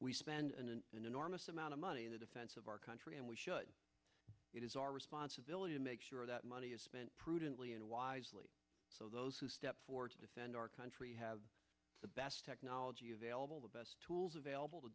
we spend an enormous amount of money in the defense of our country and we should it is our responsibility to make sure that money is spent prudently and wisely so those who step forward to defend our country have the best technology available the best tools available to